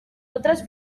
otras